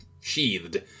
sheathed